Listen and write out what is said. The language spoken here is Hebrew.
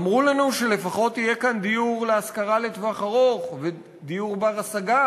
אמרו לנו שלפחות יהיה כאן דיור להשכרה לטווח ארוך ודיור בר-השגה,